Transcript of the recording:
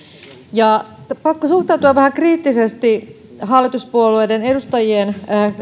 pakko suhtautua vähän kriittisesti hallituspuolueiden edustajien